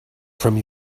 from